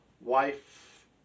wife